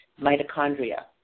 mitochondria